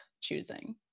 choosing